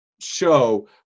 show